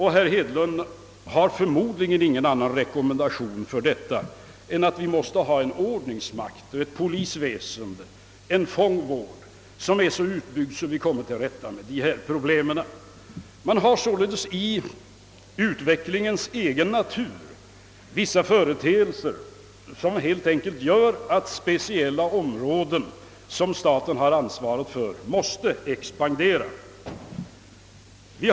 Herr Hedlund har förmodligen ingen annan rekommendation för att avhjälpa detta än att vi måste ha en ordningsmakt, ett polisväsende och en fångvård som så utbyggs att vi kommer till rätta med dessa problem. Man har således i utvecklingen vissa företeelser som helt enkelt gör att speciella områden, som staten har ansvaret för, måste expandera.